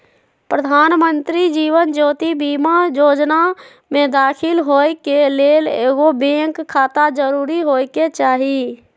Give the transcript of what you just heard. प्रधानमंत्री जीवन ज्योति बीमा जोजना में दाखिल होय के लेल एगो बैंक खाता जरूरी होय के चाही